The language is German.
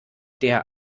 der